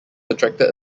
attracted